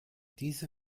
diese